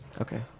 Okay